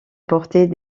porter